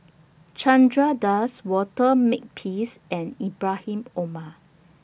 Chandra Das Walter Makepeace and Ibrahim Omar